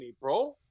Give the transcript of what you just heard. bro